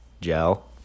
gel